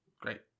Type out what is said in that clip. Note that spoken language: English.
Great